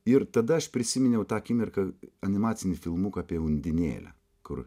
ir tada aš prisiminiau tą akimirką animacinį filmuką apie undinėlę kur